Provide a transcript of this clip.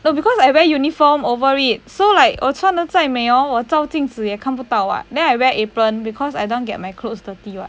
no because I wear uniform over it so like 我穿得再美 hor 我照镜子也看不到 [what] then I wear apron because I don't want to get my clothes dirty [what]